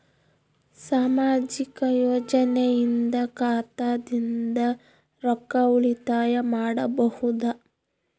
ಸಾಮಾಜಿಕ ಯೋಜನೆಯಿಂದ ಖಾತಾದಿಂದ ರೊಕ್ಕ ಉಳಿತಾಯ ಮಾಡಬಹುದ?